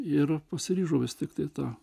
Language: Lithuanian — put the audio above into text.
ir pasiryžau vis tiktai tą